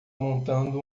montando